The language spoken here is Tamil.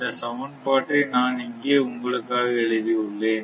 இந்த சமன்பாட்டை நான் இங்கே உங்களுக்காக எழுதியுள்ளேன்